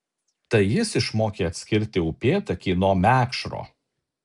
tai jis išmokė atskirti upėtakį nuo mekšro